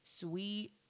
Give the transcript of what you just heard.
sweet